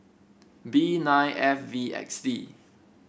B nine F V X D